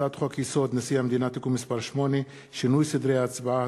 הצעת חוק-יסוד: נשיא המדינה (תיקון מס' 8) (שינוי סדרי ההצבעה),